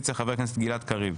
מהאופוזיציה חבר הכנסת גלעד קריב.